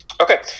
Okay